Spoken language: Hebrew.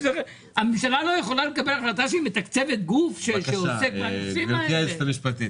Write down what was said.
הממשלה לא יכולה לקבל החלטה שהיא מתקצבת גוף שעוסק בנושאים האלה?